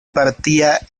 partía